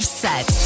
set